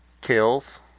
kills